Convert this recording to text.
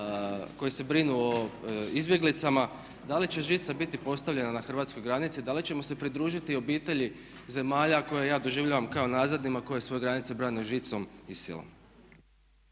koji se brinu o izbjeglicama, da li će žica biti postavljena na hrvatskoj granici, da li ćemo se pridružiti obitelji zemalja koje ja doživljavam kao nazadnima koje svoje granice brane žicom i silom?